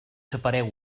separeu